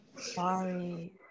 Sorry